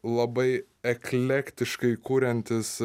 labai eklektiškai kuriantis